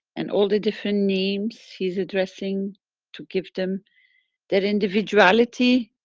and all the different names he's addressing to give them their individuality,